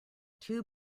two